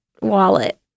wallet